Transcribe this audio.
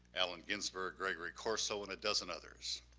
allen ginsberg, gregory corso and a dozen others.